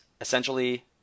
essentially